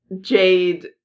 Jade